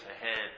ahead